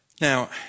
Now